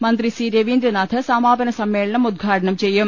മന്ത്രി സി രവീന്ദ്രനാഥ് സമാപന സമ്മേളനം ഉദ്ഘാടനം ചെയ്യും